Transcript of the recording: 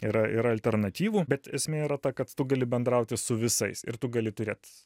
yra ir alternatyvų bet esmė yra ta kad tu gali bendrauti su visais ir tu gali turėt